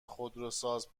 خودروساز